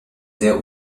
sehr